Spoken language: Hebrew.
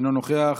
אינו נוכח,